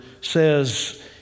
says